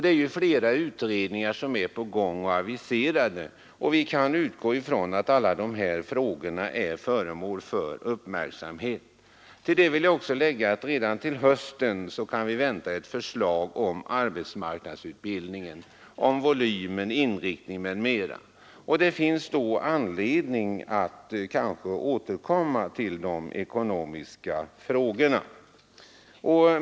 Flera utredningar är i verksamhet och några är aviserade. Vi kan därför utgå från att alla de här frågorna är föremål och blir föremål för uppmärksamhet. Redan till hösten kan vi vänta förslag om arbetsmarknadsutbildningen, om volymen, inriktningen m.m. Det finns kanske då anledning att återkomma till de ekonomiska frågorna.